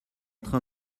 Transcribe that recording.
train